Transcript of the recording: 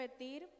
repetir